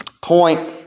Point